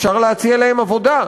אפשר להציע להם עבודה.